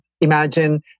imagine